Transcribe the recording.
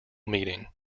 meeting